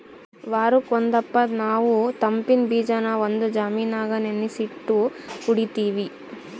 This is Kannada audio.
ವಾರುಕ್ ಒಂದಪ್ಪ ನಾವು ತಂಪಿನ್ ಬೀಜಾನ ಒಂದು ಜಾಮಿನಾಗ ನೆನಿಸಿಟ್ಟು ಕುಡೀತೀವಿ